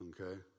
Okay